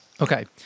Okay